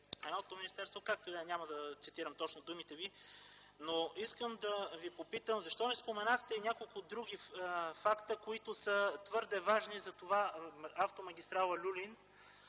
едно министерство – няма да цитирам точно думите Ви. Но искам да Ви попитам: защо не споменахте няколко други факти, които са твърде важни за това автомагистрала „Люлин”